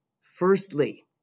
Firstly